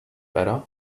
better